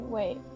Wait